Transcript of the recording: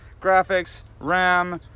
graphics, ram,